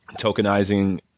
tokenizing